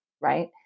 right